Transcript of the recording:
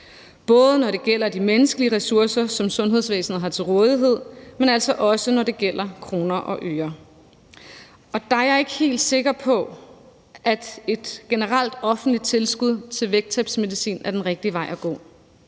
både når det gælder de menneskelige ressourcer, som sundhedsvæsenet har til rådighed, men altså også, når det gælder kroner og øre, og der er jeg ikke helt sikker på, at et generelt offentligt tilskud til vægttabsmedicin er den rigtige vej at gå.